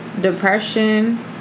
Depression